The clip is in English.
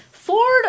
Ford